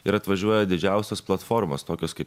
ir atvažiuoja didžiausios platformos tokios kaip